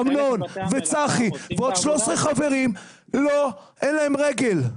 אמנון וצחי ועוד 13 חברים אין רגל.